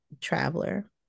traveler